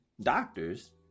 doctors